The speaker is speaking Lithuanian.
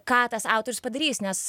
ką tas autorius padarys nes